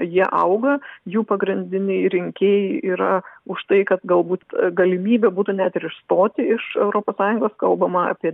jie auga jų pagrindiniai rinkėjai yra už tai kad galbūt galimybė būtų net ir išstoti iš europos sąjungos kalbama apie